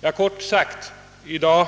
Ja, kort sagt: I dag